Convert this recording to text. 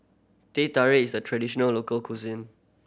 Teh Tarik is a traditional local cuisine